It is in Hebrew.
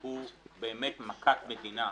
הוא באמת מכת מדינה.